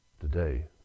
today